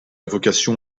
vocation